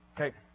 Okay